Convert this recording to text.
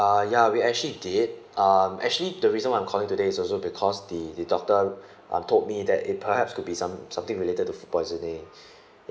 uh ya we actually did um actually the reason why I'm calling today is also because the the doctor um told me that it perhaps could be some something related to food poisoning